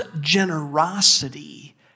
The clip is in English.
generosity